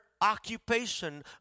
occupation